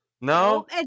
No